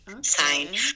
sign